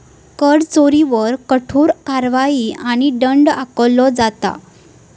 कर चोरीवर कठोर कारवाई आणि दंड आकारलो जाता